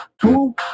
two